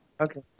Okay